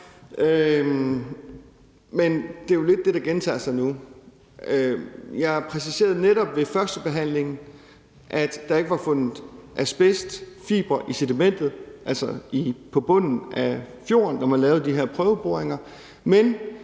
Men det er jo lidt det, der gentager sig nu. Jeg præciserede netop ved førstebehandlingen, at der ikke var fundet asbestfibre i sedimentet, altså på bunden af fjorden, når man lavede de her prøveboringer,